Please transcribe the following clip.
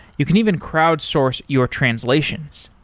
you can even crowd source your translations.